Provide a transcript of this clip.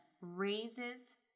raises